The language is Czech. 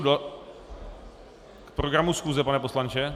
K programu schůze, pane poslanče?